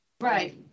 Right